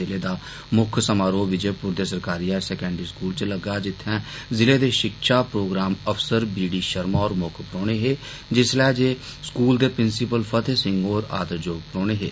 जिले दा मुक्ख समारोह विजयपुर दे सरकारी हायर सकैंडरी स्कूल च लग्गा जित्थै ज़िलें दे षिक्षा प्रोग्राम अफसर बी डी षर्मा होर मुक्ख परौहने हे जिसलै कि स्कूल दे प्रिंसिपल फतेह सिंह होर आदरयोग परौहने हे